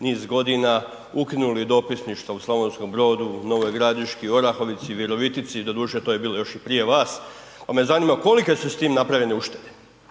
niz godina ukinuli dopisništva u Slavonskom Brodu, Novoj Gradiški, Orahovici, Virovitici i doduše to je bilo još i prije vas, pa me zanima kolike su s tim napravljene uštede,